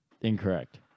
Incorrect